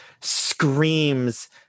screams